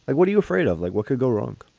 like what are you afraid of, like what could go wrong?